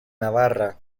navarra